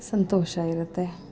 ಸಂತೋಷ ಇರುತ್ತೆ